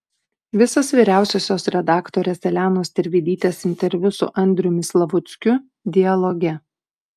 visas vyriausiosios redaktorės elenos tervidytės interviu su andriumi slavuckiu dialoge